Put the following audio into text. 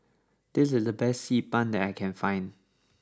this is the best Xi Ban that I can find